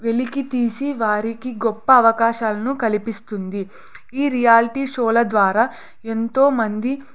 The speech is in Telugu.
వెలికి తీసి వారికి గొప్ప అవకాశాలను కల్పిస్తుంది ఈ రియాలిటీ షోల ద్వారా ఎంతోమంది